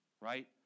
right